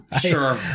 Sure